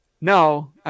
no